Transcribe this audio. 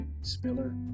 Spiller